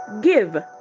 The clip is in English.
Give